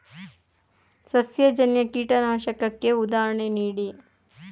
ಸಸ್ಯಜನ್ಯ ಕೀಟನಾಶಕಕ್ಕೆ ಉದಾಹರಣೆ ನೀಡಿ?